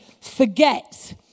forget